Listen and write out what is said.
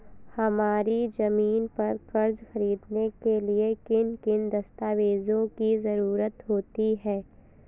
हमारी ज़मीन पर कर्ज ख़रीदने के लिए किन किन दस्तावेजों की जरूरत होती है?